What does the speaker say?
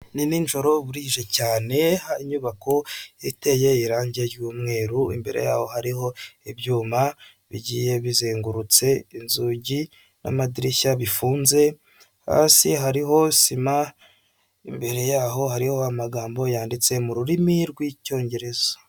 Ni ninjoro burije cyane inyubako iteye irangi ry'umweru, imbere yaho hariho ibyuma bigiye bizengurutse inzugi n'amadirishya bifunze, hasi hariho sima imbere yaho hariho amagambo yanditse mu rurimi rw'icyongereza.